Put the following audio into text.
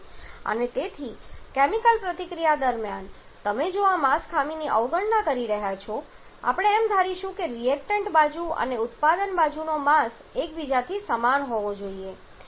અને તેથી કેમિકલ પ્રતિક્રિયા દરમિયાન તમે આ માસ ખામીની અવગણના કરવા જઈ રહ્યા છો આપણે એમ ધારીશું કે રિએક્ટન્ટ બાજુ અને ઉત્પાદન બાજુનો માસ એકબીજા સાથે સમાન હોવો જોઈએ